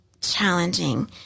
challenging